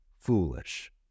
foolish